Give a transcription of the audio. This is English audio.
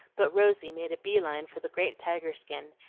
but rosy made a bee-line for the great tiger-skin,